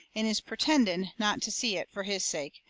and is pertending not to see it, fur his sake,